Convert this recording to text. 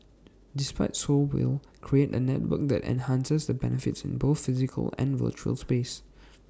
despite so will create A network that enhances the benefits in both physical and virtual space